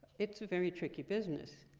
it's a very tricky business.